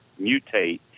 mutate